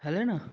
हले न